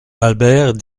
albert